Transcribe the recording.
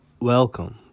Welcome